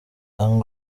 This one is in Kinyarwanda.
young